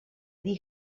dir